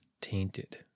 tainted